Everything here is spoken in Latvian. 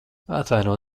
atvaino